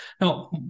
Now